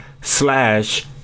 slash